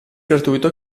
gratuito